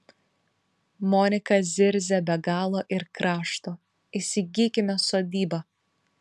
monika zirzia be galo ir krašto įsigykime sodybą